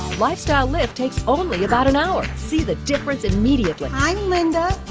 lifestyle lift takes only about an hour. see the difference immediately. i'm linda.